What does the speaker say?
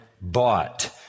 bought